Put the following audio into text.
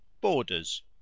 Borders